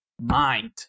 mind